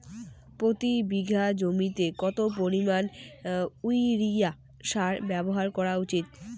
প্রতি বিঘা জমিতে কত পরিমাণ ইউরিয়া সার ব্যবহার করা উচিৎ?